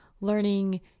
learning